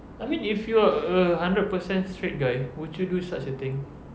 I mean if you are a hundred percent straight guy would you do such a thing